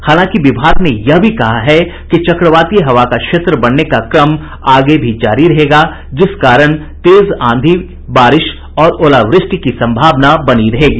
हालांकि विभाग ने यह भी कहा है कि चक्रवातीय हवा का क्षेत्र बनने का क्रम आगे भी जारी रहेगा जिस कारण तेज आंधी बारिश और ओलावृष्टि की संभावना बनी रहेगी